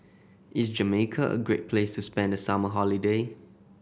is Jamaica a great place to spend the summer holiday